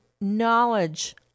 knowledge